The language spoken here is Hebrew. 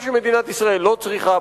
ומה שמדינת ישראל לא צריכה,